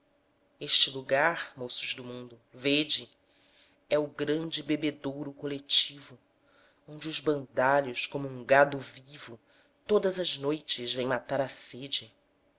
este lugar moços do mundo vede é o grande bebedeouro coletivo onde os bandalhos como um gado vivo todas as noites vêm matar